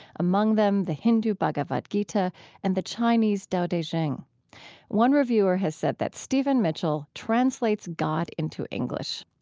among them, the hindu bhagavad gita and the chinese tao te ching one reviewer has said that stephen mitchell translates god into english.